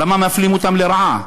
למה מפלים אותם לרעה?